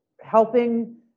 helping